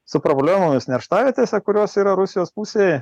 su problemomis nerštavietėse kurios yra rusijos pusėj